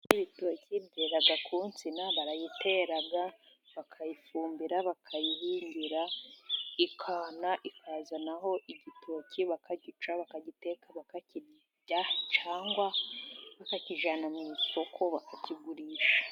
Ibitoki byera ku nsina, barayitera bakayifumbira bakayihingira, ikana ikazanaho igitoki bakagica bakagiteka bakakirya, cyangwa bakakijyana mu isoko bakakigurisha.